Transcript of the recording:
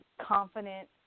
confident